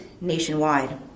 nationwide